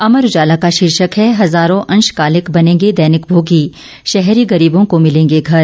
अमर उजाला का शीर्षक है हजारों अंशकालिक बनेंगे दैनिक भोगी शहरी गरीबों को मिलेंगे घर